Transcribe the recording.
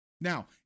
Now